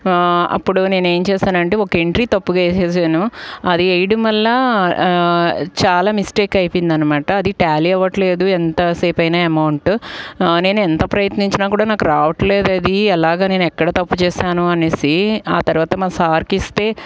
అప్పుడు నేను ఏం చేసానంటే ఒక ఎంట్రీ తప్పుగా వేసేసాను అది వేయడం వల్ల చాలా మిస్టేక్ అయిపోయింది అన్నమాట అది టాలీ అవ్వట్లేదు ఎంతసేపు అయినా అమౌంట్ నేను ఎంత ప్రయత్నించినా కూడా నాకు రావట్లేదు అది ఎలాగా నేను ఎక్కడ తప్పు చేసాను అనేసి ఆ తర్వాత మా సార్కి ఇస్తే